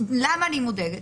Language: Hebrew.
למה אני מודאגת?